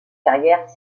carrière